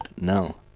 no